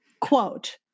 Quote